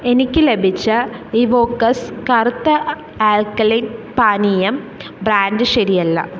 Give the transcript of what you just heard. എനിക്ക് ലഭിച്ച ഇവോക്കസ് കറുത്ത ആൽക്കലൈൻ പാനീയം ബ്രാൻറ്റ് ശരിയല്ല